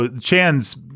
chan's